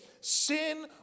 Sin